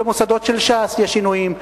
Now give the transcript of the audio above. במוסדות של ש"ס יש שינויים,